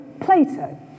Plato